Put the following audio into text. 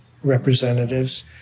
representatives